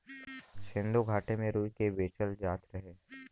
सिन्धु घाटी में रुई के बेचल जात रहे